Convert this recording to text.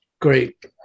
Great